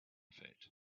fate